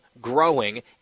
growing